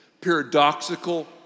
paradoxical